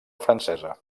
francesa